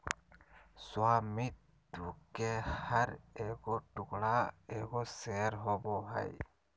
स्वामित्व के हर एगो टुकड़ा एगो शेयर होबो हइ